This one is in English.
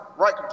Right